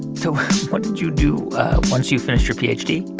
so what did you do once you finished your ph d?